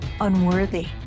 unworthy